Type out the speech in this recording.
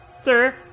Sir